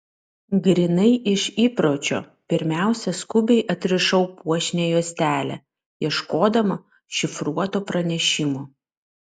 grynai iš įpročio pirmiausia skubiai atrišau puošnią juostelę ieškodama šifruoto pranešimo